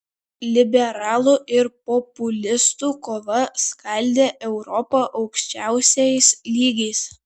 liberalų ir populistų kova skaldė europą aukščiausiais lygiais